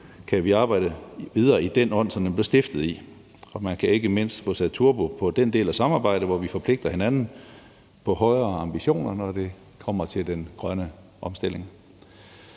kan vi arbejde videre i den ånd, som det blev stiftet i, og man kan ikke mindst få sat turbo på den del af samarbejdet, hvor vi forpligter hinanden på højere ambitioner, når det kommer til den grønne omstilling.